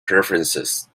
preferences